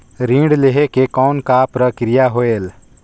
ऋण लहे के कौन का प्रक्रिया होयल?